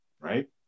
right